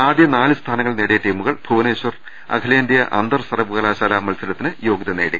ആദ്യ നാല് സ്ഥാനങ്ങൾ നേടിയ ടീമുകൾ ഭുവ നേശ്വർ അഖിലേന്ത്യാ അന്തർ സർവകലാശാലാ മത്സരത്തിന് യോഗ്യത നേടി